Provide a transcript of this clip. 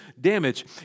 damage